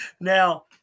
Now